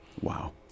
wow